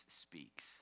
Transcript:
speaks